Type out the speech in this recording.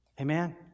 Amen